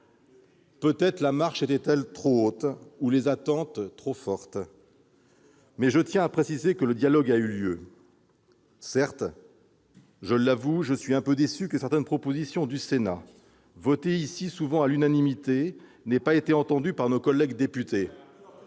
Peut-être la marche était-elle trop haute, ou les attentes trop fortes. Toutefois, je tiens à préciser que le dialogue a eu lieu. Certes, je l'avoue, je suis un peu déçu que certaines propositions du Sénat, votées souvent à l'unanimité, n'aient pas été entendues par nos collègues députés.